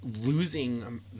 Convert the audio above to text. losing